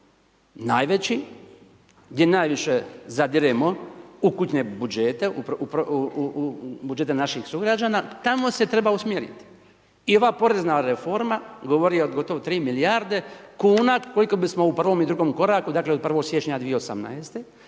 najveći, gdje najviše zadiremo u kućne budžete, u budžete naših sugrađana, tamo se treba usmjeriti. I ova porezna reforma govori o gotovo 3 milijarde kuna koliko bismo u prvom i drugom koraku, dakle od 1. siječanj 2018.